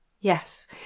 Yes